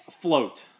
Float